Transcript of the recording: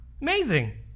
Amazing